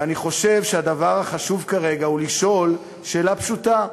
ואני חושב שהדבר החשוב כרגע הוא לשאול שאלה פשוטה: